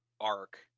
arc